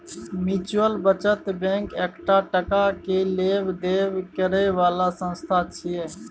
mutual बचत bank एकटा टका के लेब देब करे बला संस्था छिये